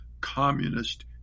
communist